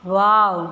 wow